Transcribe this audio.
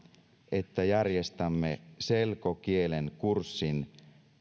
että järjestämme selkokielen kurssin